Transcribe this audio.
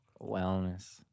wellness